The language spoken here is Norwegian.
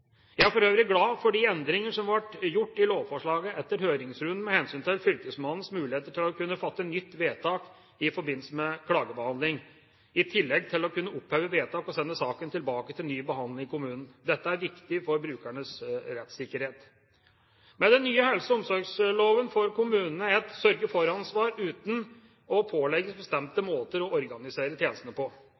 Jeg er for øvrig glad for de endringer som ble gjort i lovforslaget etter høringsrunden med hensyn til fylkesmannens muligheter til å kunne fatte nytt vedtak i forbindelse med klagebehandling, i tillegg til å kunne oppheve vedtak og sende saken tilbake til ny behandling i kommunen. Dette er viktig for brukernes rettssikkerhet. Med den nye helse- og omsorgsloven får kommunene et sørge-for-ansvar uten å pålegges bestemte måter å organisere tjenestene på.